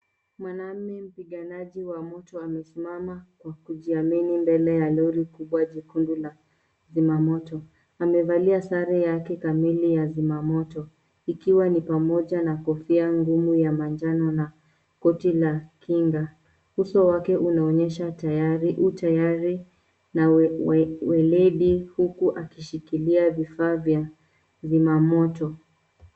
Mwanamume mpiganaji wa moto amesimama kwa kujiamini mbele ya lori kubwa jekundu la kuzima moto. Amevalia sare yake kamili ya zima moto ikiwa ni pamoja na kofia ngumu ya manjano na koti la kinga. Uso wake unaonyesha tayari utayari na weledi huku akishikilia vifaa vya zima moto.